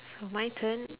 so my turn